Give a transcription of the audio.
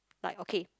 like okay